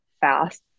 fast